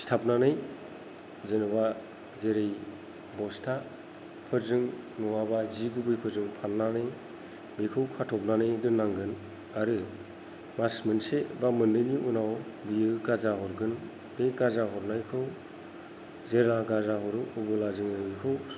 सिथाबनानै जेन'बा जेरै बस्था फोरजों नङाबा जि गुबैफोरजों फाननानै बेखौ खाथबनानै दोननांगोन आरो मास मोनसे बा मोननैनि उनाव बियो गाजा हरगोन बे गाजा हरनायखौ जेरा गाजा हरो अब्ला जोङो बेखौ